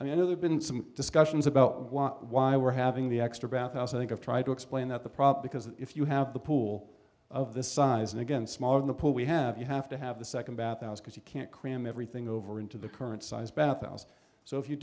i mean are there been some discussions about want why we're having the extra bathhouse i think i've tried to explain that the prop because if you have the pool of this size and again smaller than a pool we have you have to have the second bathhouse because you can't cram everything over into the current size bethel's so if you